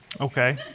Okay